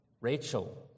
Rachel